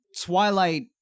Twilight